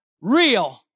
real